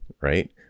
right